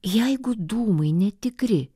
jeigu dūmai netikri